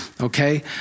Okay